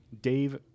Dave